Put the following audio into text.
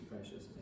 precious